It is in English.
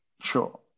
Sure